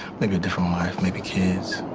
maybe a different wife, maybe kids.